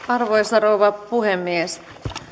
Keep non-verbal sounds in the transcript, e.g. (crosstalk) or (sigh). (unintelligible) arvoisa rouva puhemies